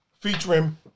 featuring